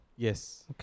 Yes